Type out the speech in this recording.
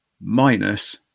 minus